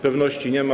Pewności nie ma.